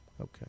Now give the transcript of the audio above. okay